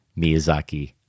Miyazaki